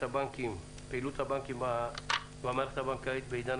בפעילות הבנקים במערכת הבנקאית בעידן